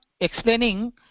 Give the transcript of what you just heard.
explaining